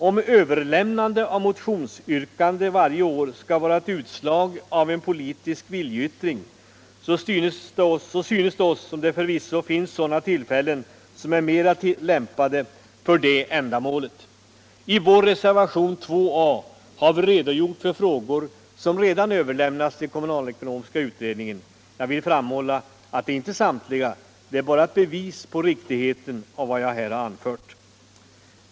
Om överlämnande av samma motionsyrkanden varje år skall vara ett utslag av en politisk viljeyttring, så synes det oss som om det förvisso finns tillfällen som iär mera limpade för det ändamålet. I vår reservation 2 A har vi redogjort för frågor som redan överlämnats till kommunalekonomiska utredningen. Jag vill framhålla att det är inte samtliga som tagits upp — det är bara ett bevis på riktigheten av vad jag här har anfört.